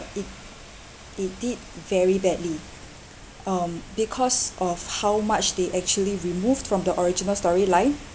it it did very badly um because of how much they actually removed from the original story line